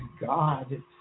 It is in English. God